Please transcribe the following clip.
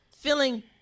feeling